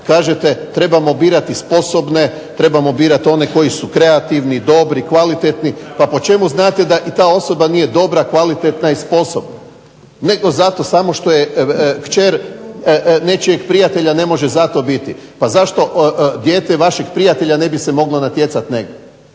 Kažete trebamo birati sposobne, trebamo birati one koji su kreativni, dobri, kvalitetni. Pa po čemu znate da i ta osoba nije dobra, kvalitetna i sposobna, nego zato samo što je kćer nečijeg prijatelja ne može zato biti. Pa zašto dijete vašeg prijatelja ne bi se moglo natjecati negdje?